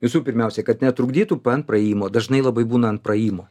visų pirmiausia kad netrukdytų ant praėjimo dažnai labai būna ant praėjimo